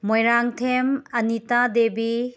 Moirangthem Anita Devi